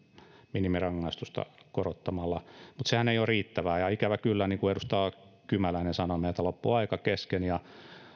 minimirangaistusta mutta sehän ei ole riittävää ja ikävä kyllä niin kuin edustaja kymäläinen sanoi meiltä loppui aika kesken ja